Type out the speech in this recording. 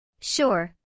Sure